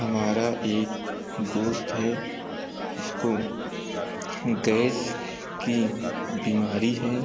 हमारा एक दोस्त है उसको गएस की बीमारी है